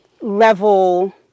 level